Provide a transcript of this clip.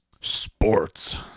sports